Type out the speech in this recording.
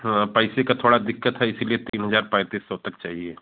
हँ पैसे का थोड़ा दिक्कत है इसीलिए तीन हज़ार पैंतीस सौ तक चाहिए